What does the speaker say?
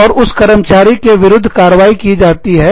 और उस कर्मचारी के विरुद्ध कार्रवाई की जाती है